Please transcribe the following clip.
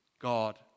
God